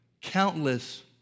countless